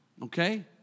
Okay